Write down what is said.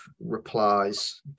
replies